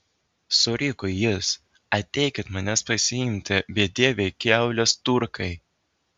suriko jis ateikit manęs pasiimti bedieviai kiaulės turkai